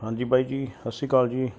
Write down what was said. ਹਾਂਜੀ ਬਾਈ ਜੀ ਸਤਿ ਸ਼੍ਰੀ ਅਕਾਲ ਜੀ